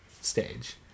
stage